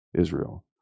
Israel